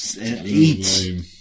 eight